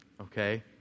Okay